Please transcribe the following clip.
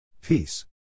Peace